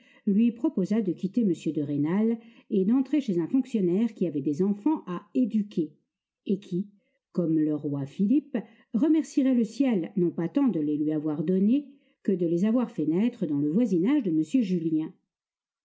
lui proposa de quitter m de rênal et d'entrer chez un fonctionnaire qui avait des enfants à éduquer et qui comme le roi philippe remercierait le ciel non pas tant de les lui avoir donnés que de les avoir fait naître dans le voisinage de m julien